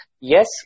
Yes